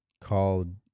called